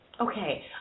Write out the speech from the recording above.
Okay